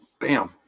bam